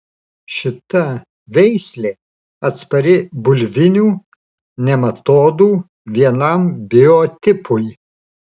šita veislė atspari bulvinių nematodų vienam biotipui